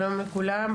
שלום לכולם,